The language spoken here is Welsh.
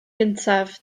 gyntaf